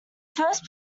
first